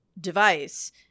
device